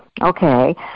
Okay